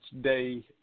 day